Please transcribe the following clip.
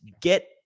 get